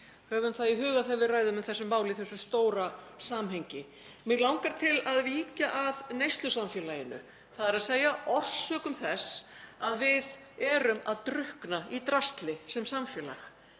Höfum það í huga þegar við ræðum um þessi mál í þessu stóra samhengi. Mig langar til að víkja að neyslusamfélaginu, þ.e. orsökum þess að við erum að drukkna í drasli sem samfélag.